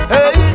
Hey